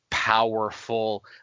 powerful